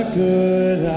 good